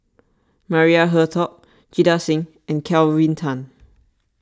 Maria Hertogh Jita Singh and Kelvin Tan